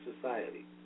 Society